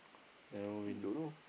narrow in